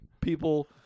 people